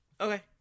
Okay